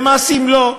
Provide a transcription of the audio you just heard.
במעשים לא.